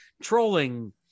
trolling